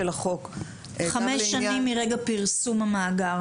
החוק גם לעניין --- חמש שנים מרגע פרסום המאגר,